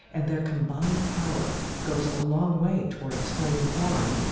and their combined power goes a long way toward explaining why,